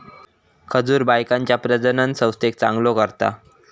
खजूर बायकांच्या प्रजननसंस्थेक चांगलो करता